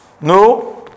no